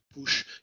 push